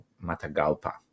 Matagalpa